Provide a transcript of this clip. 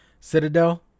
Citadel